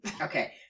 Okay